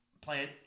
plan